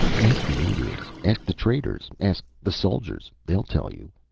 ask the indians, ask the traders, ask the soldiers they'll tell you.